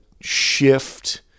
shift